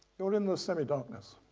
you're in the semi-darkness.